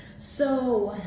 so